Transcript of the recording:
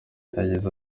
yagize